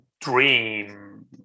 dream